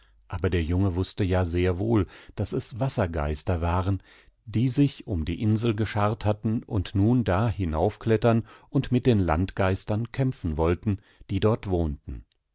aber der junge wußte ja sehr wohl daß es wassergeister waren die sich um die insel geschart hatten und nun da hinaufklettern und mit den landgeistern kämpfen wollten die dort wohnten